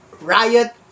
riot